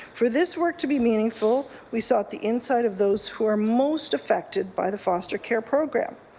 for this work to be meaningful, we sought the insight of those who are most affected by the foster care program.